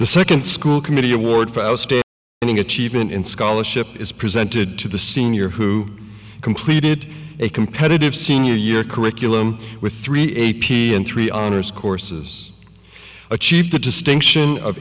the second school committee award for achievement in scholarship is presented to the senior who completed a competitive senior year curriculum with three a p and three honors courses achieved the distinction of